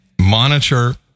monitor